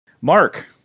Mark